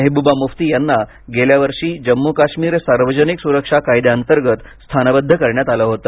मेहबूबा मुफ्ती यांना गेल्या वर्षी जम्मू काश्मीर सार्वजनिक सुरक्षा कायद्या अंतर्गत स्थानबद्ध करण्यात आलं होतं